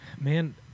man